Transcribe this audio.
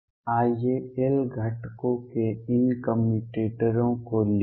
आइए L घटकों के इन कम्यूटेटरों को लिखें